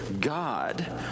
God